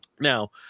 Now